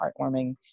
heartwarming